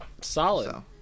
Solid